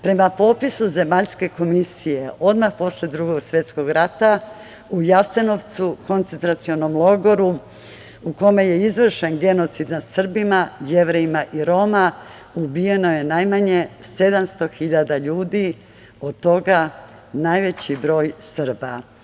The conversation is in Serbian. Prema popisu Zemaljske komisije, odmah posle Drugog svetskog rata, u Jasenovcu, koncentracionom logoru, u kome je izvršen genocid nad Srbima, Jevrejima i Romima, ubijeno je najmanje 700.000 ljudi, od toga najveći broj Srba.